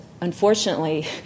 unfortunately